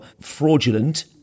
fraudulent